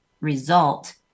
result